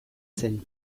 zen